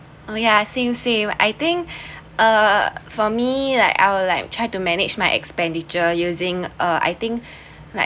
uh yeah same same I think uh for me like I will like try to manage my expenditure using uh I think like